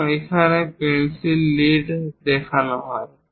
এবং এখানে pencil lead দেখানো হয়